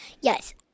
Yes